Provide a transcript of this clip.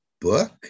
book